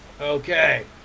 okay